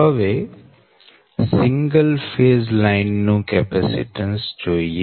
હવે single phase line નું capacitance જોઈએ